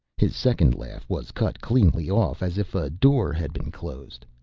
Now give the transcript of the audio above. his second laugh was cut cleanly off, as if a door had been closed.